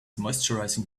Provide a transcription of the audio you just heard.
moisturising